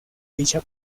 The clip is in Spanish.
dicha